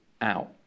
out